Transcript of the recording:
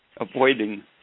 avoiding